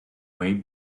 may